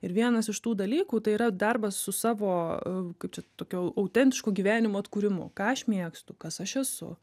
ir vienas iš tų dalykų tai yra darbas su savo kaip čia tokio autentiško gyvenimo atkūrimu ką aš mėgstu kas aš esu